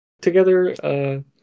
together